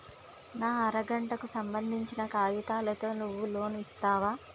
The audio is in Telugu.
నా అర గంటకు సంబందించిన కాగితాలతో నువ్వు లోన్ ఇస్తవా?